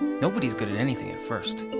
nobody's good at anything at first.